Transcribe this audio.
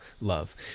love